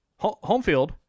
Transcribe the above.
Homefield